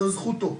זו זכותו.